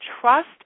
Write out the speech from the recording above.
Trust